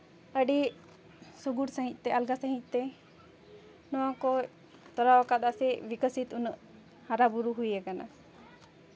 ᱟᱹᱰᱤ ᱥᱩᱜᱩᱲ ᱥᱟᱹᱦᱤᱡᱛᱮ ᱟᱞᱜᱟ ᱥᱟᱹᱦᱤᱡᱛᱮ ᱱᱚᱣᱟ ᱠᱚ ᱠᱚᱨᱟᱣ ᱠᱟᱫᱟ ᱥᱮ ᱵᱤᱠᱚᱥᱤᱛ ᱩᱱᱟᱹᱜ ᱦᱟᱨᱟᱵᱩᱨᱩ ᱦᱩᱭ ᱟᱠᱟᱱᱟ